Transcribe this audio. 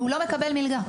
והוא לא מקבל מלגה.